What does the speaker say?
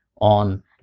on